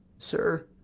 sir,